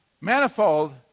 manifold